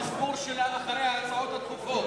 המספור שלה אחרי ההצעות הדחופות.